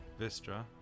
Vistra